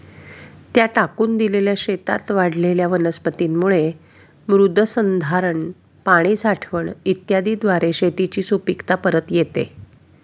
त्या टाकून दिलेल्या शेतात वाढलेल्या वनस्पतींमुळे मृदसंधारण, पाणी साठवण इत्यादीद्वारे शेताची सुपीकता परत येते